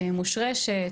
מושרשת,